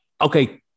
Okay